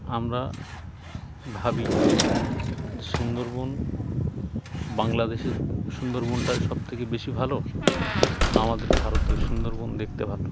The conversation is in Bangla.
আমরা ভাবি যে সুন্দরবন বাংলাদেশের সুন্দরবনটা সবথেকে বেশি ভালো না আমাদের ভারতের সুন্দরবন দেখতে ভালো